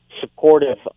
supportive